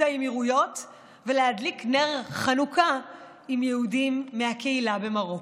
האמירויות ולהדליק נר חנוכה עם יהודים מהקהילה במרוקו.